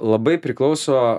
labai priklauso